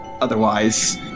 otherwise